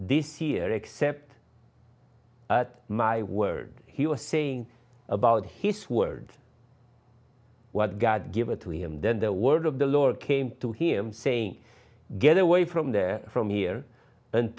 this year except my word he was saying about his word what god give it to him then the word of the lord came to him saying get away from there from here and